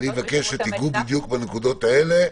אני מבקש שתגעו בדיוק בנקודות האלה.